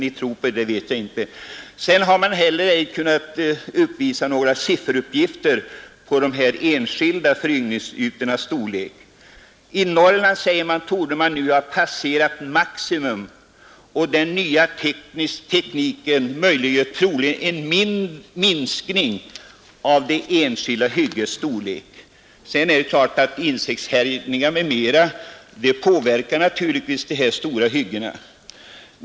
Skogsstyrelsen anför vidare: ”Några sifferuppgifter på de enskilda föryngringsytornas storlek kan ej redovisas. I Norrland torde man nu ha passerat maximum och den nya tekniken möjliggör troligen en minskning av det enskilda hyggets storlek.” Insektshärjningar m.m. påverkar naturligtvis dessa stora hyggen.